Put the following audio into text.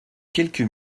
quelques